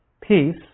peace